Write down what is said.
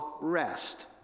rest